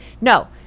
No